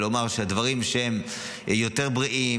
ולומר שהדברים שהם יותר בריאים,